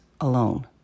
alone